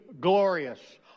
glorious